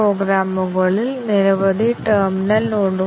രണ്ടാമത്തെ കണ്ടിഷൻ വിലയിരുത്തിയിട്ടില്ല